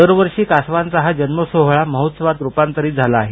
दरवर्षी कासवांचा हा जन्मसोहळा महोत्सवात रूपांतरित झाला आहे